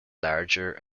larger